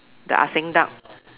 the Ah-Seng duck